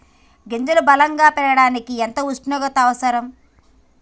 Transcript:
గింజలు బలం గా పెరగడానికి ఎంత ఉష్ణోగ్రత అవసరం?